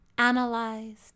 analyzed